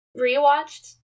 rewatched